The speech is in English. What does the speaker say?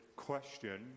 Question